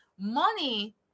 money